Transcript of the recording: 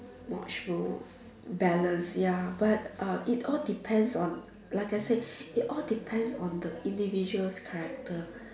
much more balance ya but uh it all depends on like I say it all depends on the individual's character